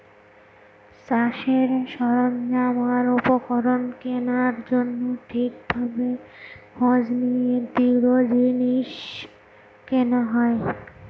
চাষের সরঞ্জাম আর উপকরণ কেনার জন্য ঠিক ভাবে খোঁজ নিয়ে দৃঢ় জিনিস কেনা হয়